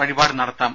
വഴിപാട് നടത്താം